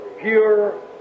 pure